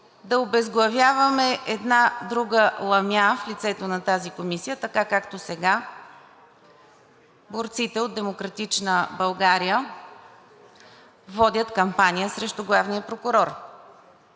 да обезглавяваме една друга ламя, в лицето на тази комисия, така както сега борците от „Демократична България“ водят кампания срещу главния прокурор?